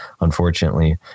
unfortunately